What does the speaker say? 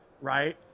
right